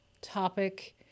topic